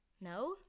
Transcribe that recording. No